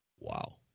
Wow